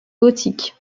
gothique